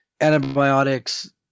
antibiotics